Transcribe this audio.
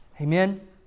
Amen